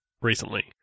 recently